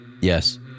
Yes